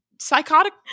psychotic